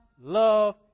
love